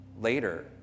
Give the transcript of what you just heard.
later